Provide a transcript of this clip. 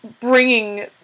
bringing